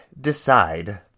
decide